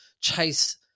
chase